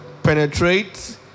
Penetrate